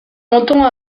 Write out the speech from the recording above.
longtemps